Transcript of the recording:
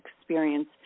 experience